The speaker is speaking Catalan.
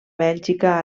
bèlgica